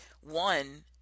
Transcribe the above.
one